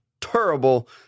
Terrible